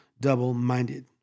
double-minded